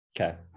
Okay